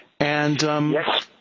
Yes